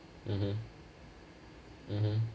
mmhmm mmhmm